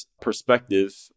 perspective